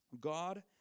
God